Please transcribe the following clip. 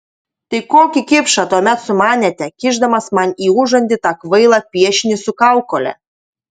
tai kokį kipšą tuomet sumanėte kišdamas man į užantį tą kvailą piešinį su kaukole